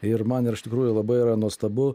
ir man yra iš tikrųjų labai yra nuostabu